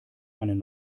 einen